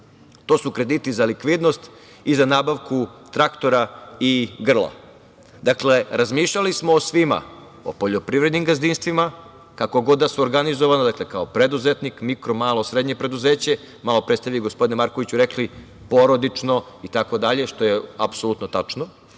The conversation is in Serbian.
To su krediti za likvidnost i za nabavku traktora i grla. Dakle, razmišljali smo o svima, o poljoprivrednim gazdinstvima, kako god da su organizovana, kao preduzetnik, mikro, malo, srednje preduzeće. Malo pre ste vi, gospodine Markoviću, rekli porodično itd, što je apsolutno tačno,